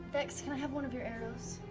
vex, can i have one of your arrows?